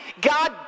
God